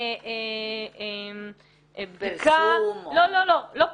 שהייתה --- פרסום או -- לא, לא, לא פרסום.